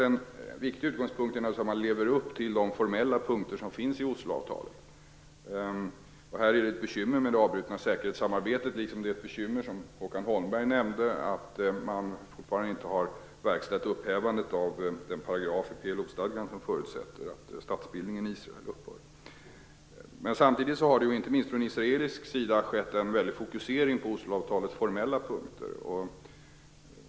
En viktig utgångspunkt är att man lever upp till de formella punkterna i Osloavtalet. Här är det ett bekymmer med det avbrutna säkerhetssamarbetet liksom det är ett bekymmer, som Håkan Holmberg nämnde, att man fortfarande inte har verkställt upphävandet av den paragraf i PLO-stadgan som förutsätter att statsbildningen i Israel upphör. Samtidigt har det inte minst från israelisk sida skett en väldig fokusering på Osloavtalets formella punkter.